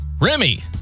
Remy